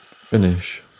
finish